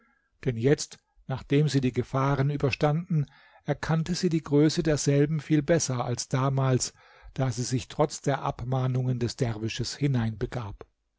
denn jetzt nachdem sie die gefahren überstanden erkannte sie die größe derselben viel besser als damals da sie sich trotz der abmahnungen des